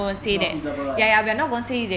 it's not feasible right